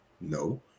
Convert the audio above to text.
No